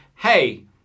Hey